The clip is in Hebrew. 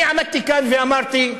אני עמדתי כאן ואמרתי,